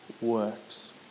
works